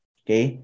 okay